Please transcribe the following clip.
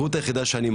10:11.)